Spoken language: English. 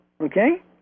okay